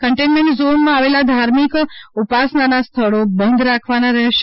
containment ઝોનમાં આવેલા ધાર્મિકઉપાસનાના સ્થળો બંધ રાખવાના રહેશે